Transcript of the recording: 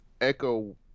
echo